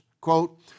quote